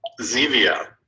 Zevia